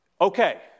okay